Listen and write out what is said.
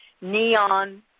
Neon